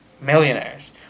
millionaires